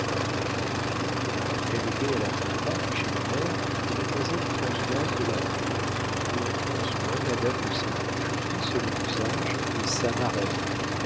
cette fille élevée à la campagne chez ma mère est mademoiselle françoise de la haye dont prend soin madame de sénonches qui selon l'usage est sa marraine